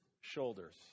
shoulders